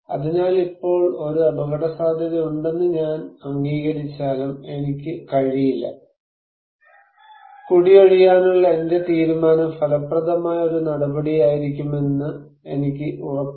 അതിനാൽ ഇപ്പോൾ ഒരു അപകടസാധ്യതയുണ്ടെന്ന് ഞാൻ അംഗീകരിച്ചാലും എനിക്ക് കഴിയില്ല കുടി ഒഴിയാനുള്ള എന്റെ തീരുമാനം ഫലപ്രദമായ ഒരു നടപടിയായിരിക്കുമെന്ന് എനിക്ക് ഉറപ്പില്ല